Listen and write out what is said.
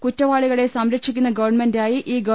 കുറ്റ വാളികളെ സംരക്ഷിക്കുന്ന ഗവൺമെൻറായി ഈ ഗവ